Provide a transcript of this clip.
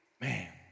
man